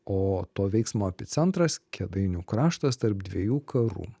o to veiksmo epicentras kėdainių kraštas tarp dviejų karų